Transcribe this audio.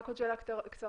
רק עוד שאלה קצרה,